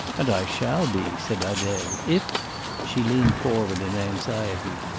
and i shall be, said adele, if she leaned forward in anxiety.